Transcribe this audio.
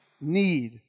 need